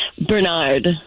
Bernard